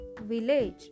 Village